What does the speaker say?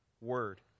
word